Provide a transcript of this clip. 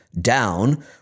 down